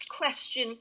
question